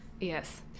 Yes